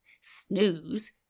Snooze